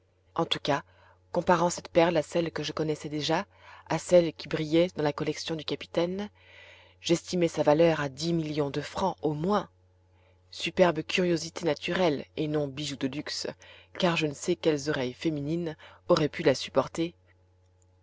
en tout cas comparant cette perle à celles que je connaissais déjà à celles qui brillaient dans la collection du capitaine j'estimai sa valeur à dix millions de francs au moins superbe curiosité naturelle et non bijou de luxe car je ne sais quelles oreilles féminines auraient pu la supporter